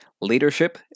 Leadership